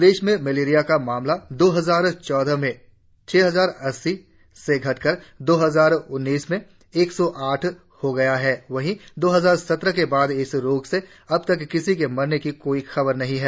प्रदेश में मलेरिया मामला दो हजार चौदह में छह हजार अस्सी से घटकर दो हजार उन्नीस में एक सौ आठ हो गए हैं वहीं दो हजार सत्रह के बाद इस रोग से अबतक किसी के मरने की कोई खबर नहीं है